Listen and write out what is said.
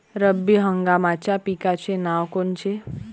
रब्बी हंगामाच्या पिकाचे नावं कोनचे?